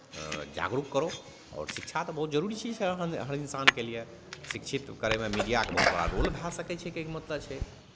जागरूक करो आओर शिक्षा तऽ बहुत जरूरी चीज छियै हर हर इन्सानके लिए शिक्षित करयमे मीडियाके बहुत बड़ा रोल भए सकै छै कहैके मतलब छै